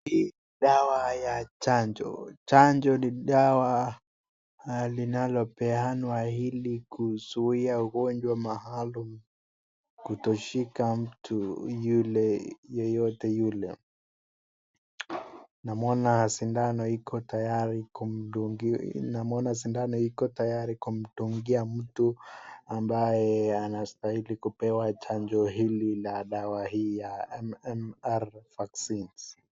Hii dawa ya chanjo, chanjo ni dawa linalopeanwa ili kuzuia ugonjwa maalum kutoshika mtu yule yeyote yule , naona sidano iko tayari kumdungia mtu ambaye anastahili kupewa chanjo hili na dawa hii ya MMR (cs) vaccines (cs).